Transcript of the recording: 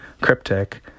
cryptic